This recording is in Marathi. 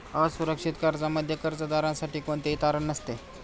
असुरक्षित कर्जामध्ये कर्जदारासाठी कोणतेही तारण नसते